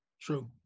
True